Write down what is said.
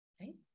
right